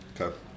Okay